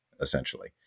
essentially